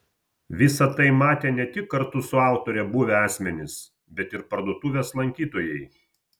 visa tai matė ne tik kartu su autore buvę asmenys bet ir parduotuvės lankytojai